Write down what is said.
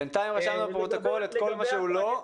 בינתיים אמרת לפרוטוקול כל מה שהוא לא.